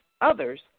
others